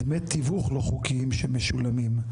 דמי תיווך לא חוקיים שמשולמים,